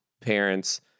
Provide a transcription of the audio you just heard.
parents